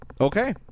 Okay